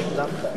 תודה רבה,